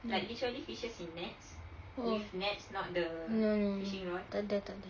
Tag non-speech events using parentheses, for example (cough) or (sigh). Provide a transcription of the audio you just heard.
(noise) oh no no no takde takde